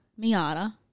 Miata